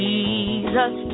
Jesus